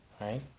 right